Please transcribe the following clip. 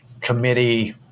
committee